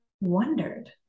wondered